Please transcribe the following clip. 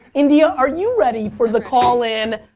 india, are you ready for the call in